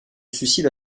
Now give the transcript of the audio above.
suicide